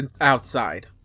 outside